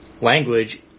Language